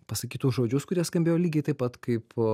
pasakytus žodžius kurie skambėjo lygiai taip pat kaip